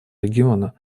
региона